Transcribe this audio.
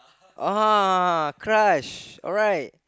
ah !huh! crush alright